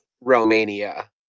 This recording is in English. Romania